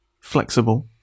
flexible